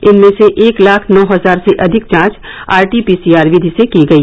इनमें से एक लाख नौ हजार से अधिक जांच आरटी पीसीआर विधि से की गई